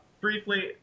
Briefly